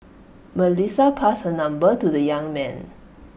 Melissa passed her number to the young man